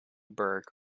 burke